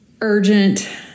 urgent